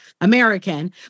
American